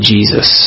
Jesus